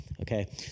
okay